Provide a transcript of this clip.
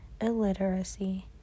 illiteracy